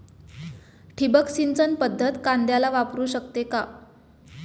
ठिबक सिंचन पद्धत कांद्याला वापरू शकते का?